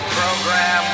program